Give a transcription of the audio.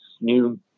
new